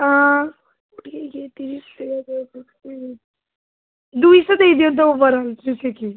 ହଁ କୋଡ଼ିଏ ଇଏ ତିରିଶ ଦୁଇଶହ ଦେଇଦିଅନ୍ତୁ ଓଭରାଲ୍ ସେତିକି